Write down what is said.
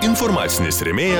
informacinis rėmėjas